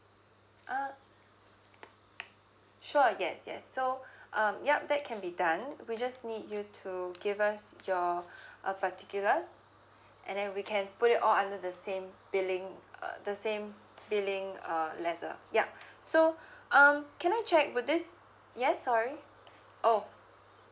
uh sure yes yes so um yup that can be done we just need you to give us your uh particulars and then we can put it all under the same billing uh the same billing uh letter yup so um can I check with this yes sorry oh